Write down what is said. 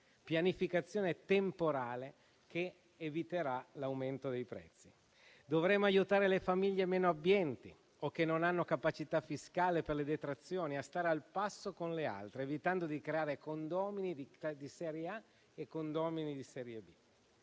pianificazione temporale eviterà l'aumento dei prezzi. Dovremo aiutare le famiglie meno abbienti o che non hanno capacità fiscale per le detrazioni a stare al passo con le altre, evitando di creare condomini di serie A e condomini di serie B.